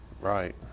right